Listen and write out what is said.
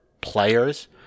players